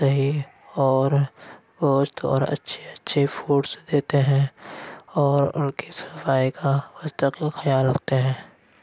دہی اور گوشت اور اچھے اچھے فوٹس دیتے ہیں اور ان کے صفائی کا مستقل خیال رکھتے ہیں